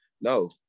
no